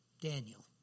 Daniel